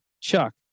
Chuck